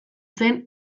zen